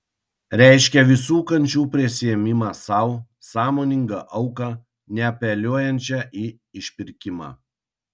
reiškia visų kančių prisiėmimą sau sąmoningą auką neapeliuojančią į išpirkimą